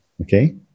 Okay